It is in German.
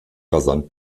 rasant